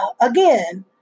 Again